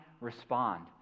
respond